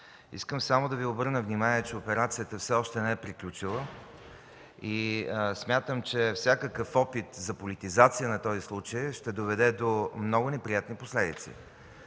Искам само да Ви обърна внимание, че операцията все още не е приключила и смятам че всякакъв опит за политизация на този случай ще доведе до много неприятни последици.